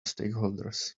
stakeholders